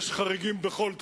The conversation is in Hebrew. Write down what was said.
יש חריגים בכל תחום,